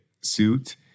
suit